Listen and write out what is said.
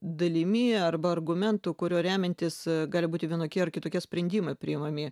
dalimi arba argumentu kuriuo remiantis gali būti vienokie ar kitokie sprendimai priimami